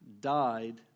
died